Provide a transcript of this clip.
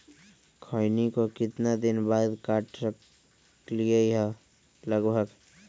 खैनी को कितना दिन बाद काट सकलिये है लगभग?